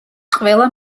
ყველა